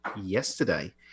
yesterday